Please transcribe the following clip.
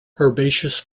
herbaceous